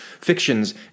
fictions